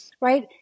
right